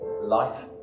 life